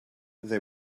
they